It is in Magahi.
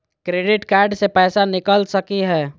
क्रेडिट कार्ड से पैसा निकल सकी हय?